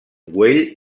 güell